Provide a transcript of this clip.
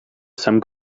some